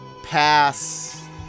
Pass